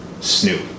Snoop